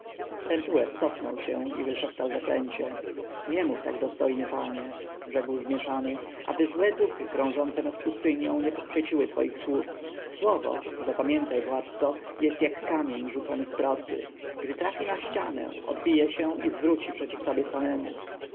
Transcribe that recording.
pentuer cofnął się i wyszeptał zaklęcie nie mów tak dostojny panie rzekł zmieszany aby złe duchy krążące nad pustynią nie pochwyciły twoich słów słowo zapamiętaj to władco jest jak kamień rzucony z procy gdy trafi na ścianę odbije się i zwróci przeciw tobie samemu